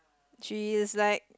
she is like